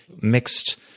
mixed